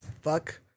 fuck